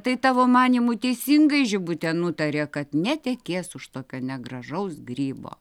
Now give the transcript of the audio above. tai tavo manymu teisingai žibutė nutarė kad netekės už tokio negražaus grybo